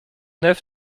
neuf